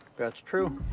that's true